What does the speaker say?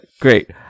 great